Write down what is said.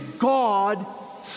God